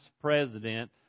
president